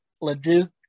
Leduc